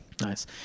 Nice